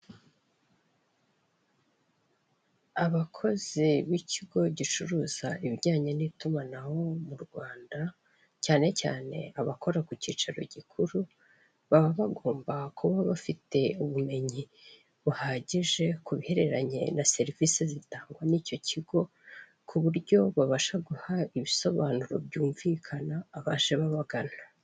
Abakozi b'ikigo gicuruza ibijyanye n'itumanaho mu Rwanda cyane cyane abakora ku kicaro gikuru baba bagomba kuba bafite ubumenyi buhagije ku bihereranye na serivise zitangwa n'icyo kigo kuburyo babasha guha ibisobanuro byumvikana abaje babagana.